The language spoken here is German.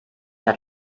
hat